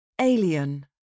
Alien